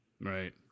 Right